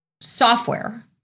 software